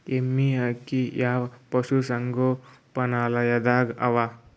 ಎಮ್ಮೆ ಅಕ್ಕಿ ಹೆಚ್ಚು ಯಾವ ಪಶುಸಂಗೋಪನಾಲಯದಾಗ ಅವಾ?